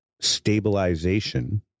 stabilization